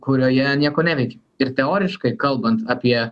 kurioje nieko neveiki ir teoriškai kalbant apie